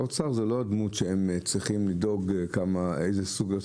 האוצר לא צריך לדאוג איזה סוג משחקים,